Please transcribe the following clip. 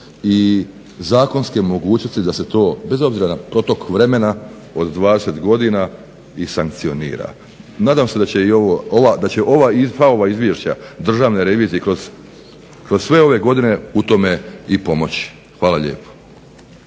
i zakonske mogućnosti da se to bez obzira na protok vremena od 20 godina i sankcionira. Nadam se da će sva ova izvješća Državne revizije kroz sve ove godine u tome i pomoći. Hvala lijepa.